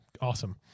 awesome